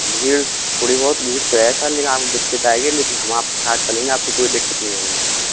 भीड़ थोड़ी बहुत भीड़ तो है सर लेकिन आपको दिक्कत आएगी लेकिन हम आपके साथ चलेंगे आपको कोई दिक्कत नहीं आने देंगे सर